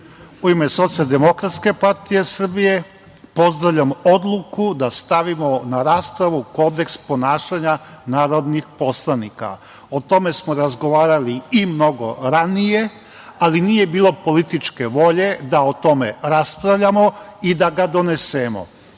Srbije, u ime SDPS pozdravljam odluku da stavimo na raspravu kodeks ponašanja narodnih poslanika. O tome smo razgovarali i mnogo ranije, ali nije bilo političke volje da o tome raspravljamo i da ga donesemo.U